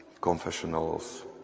confessionals